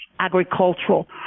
agricultural